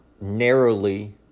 narrowly